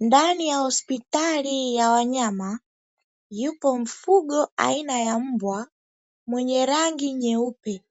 Ndani ya hospitali ya wanyama, yupo mfugo aina ya mbwa mwenye rangi nyeupe,